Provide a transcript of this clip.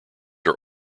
are